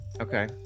Okay